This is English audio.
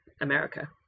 America